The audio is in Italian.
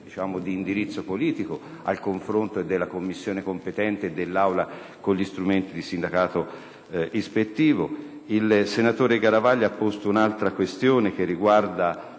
di indirizzo politico, al confronto della Commissione competente e dell'Assemblea con gli strumenti di sindacato ispettivo. Il senatore Garavaglia ha posto anche un'altra questione concernente